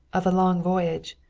of a long voyage,